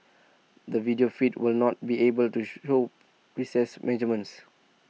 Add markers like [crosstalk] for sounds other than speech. the video feed will not be able to [unintelligible] show precise measurements